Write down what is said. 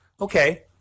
Okay